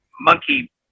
monkey